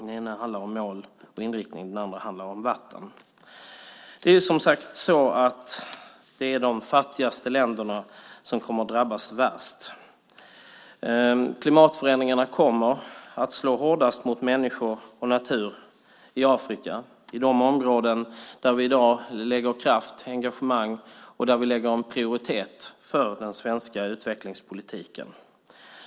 Den ena handlar om mål och inriktning och den andra handlar om vatten. Det är som sagt de fattigaste länderna som kommer att drabbas värst. Klimatförändringarna kommer att slå hårdast mot människor och natur i Afrika, i de områden där vi i dag lägger kraft och engagemang och har en prioritet för den svenska utvecklingspolitiken.